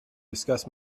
discuss